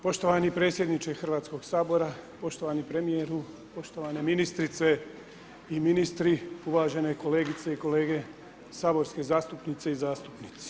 Poštovani predsjedniče Hrvatskog sabora, poštovani premijeru, poštovane ministrice i ministri, uvažene kolegice i kolege saborski zastupnice i zastupnici.